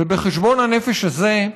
ובחשבון הנפש הזה,